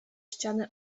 ściany